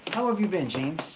how have you been james?